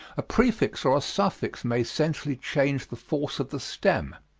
a prefix or a suffix may essentially change the force of the stem,